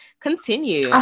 continue